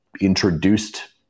introduced